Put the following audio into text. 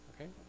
okay